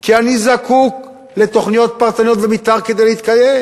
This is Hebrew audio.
כי אני זקוק לתוכניות פרטניות ותוכניות מיתאר כדי להתקיים,